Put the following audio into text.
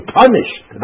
punished